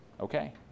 okay